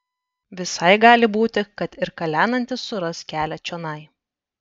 visai gali būti kad ir kalenantis suras kelią čionai